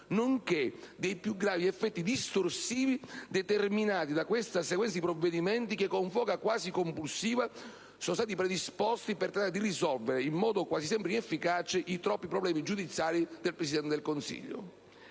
nonché i più gravi effetti distorsivi determinati da questa sequenza di provvedimenti che, con foga quasi compulsiva, sono stati predisposti per tentare di risolvere - in modo quasi sempre inefficace - i troppi problemi giudiziari del Presidente del Consiglio.